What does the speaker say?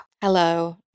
Hello